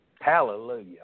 Hallelujah